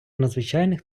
надзвичайних